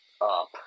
up